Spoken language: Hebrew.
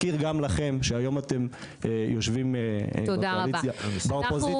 << יור >> פנינה תמנו (יו"ר הוועדה לקידום מעמד